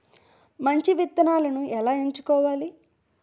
మంచి విత్తనాలను ఎలా ఎంచుకోవాలి?